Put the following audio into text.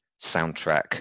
soundtrack